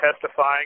testifying